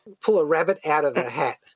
pull-a-rabbit-out-of-the-hat